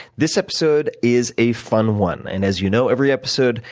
this episode is a fun one. and, as you know, every episode,